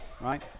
right